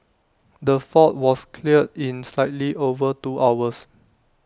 the fault was cleared in slightly over two hours